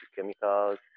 chemicals